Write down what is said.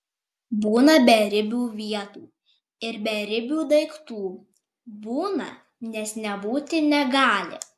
būna beribių vietų ir beribių daiktų būna nes nebūti negali